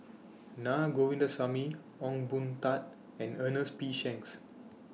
Na Govindasamy Ong Boon Tat and Ernest P Shanks